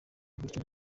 gutyo